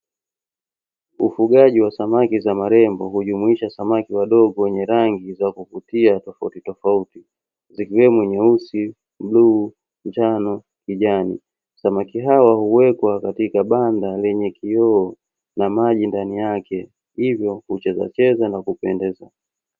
Ufugaji wa samaki za marembo hujumuisha samaki wadogo wenye rangi za kuvutia tofautitofauti, zikiwemo; nyeusi, bluu, njano, kijani. Samaki hao huwekwa katika banda lenye kioo na maji ndani yake, hivyo huchezacheza na kupendeza.